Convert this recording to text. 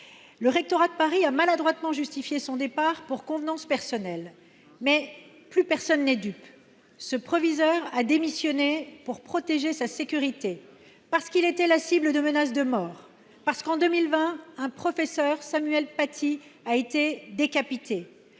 Le rectorat de Paris a maladroitement justifié son départ pour convenance personnelle, mais plus personne n’est dupe : ce proviseur a démissionné pour protéger sa sécurité, parce qu’il était la cible de menaces de mort et parce que, en 2020, un professeur, Samuel Paty, a été décapité,